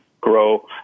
grow